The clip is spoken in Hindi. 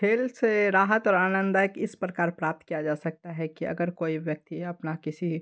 खेल से राहत और आनंदायक इस प्रकार प्राप्त किया जा सकता है कि अगर कोई व्यक्ति अपना किसी